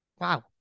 Wow